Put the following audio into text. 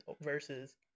Versus